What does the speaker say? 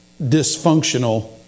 dysfunctional